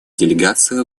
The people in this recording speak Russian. делегация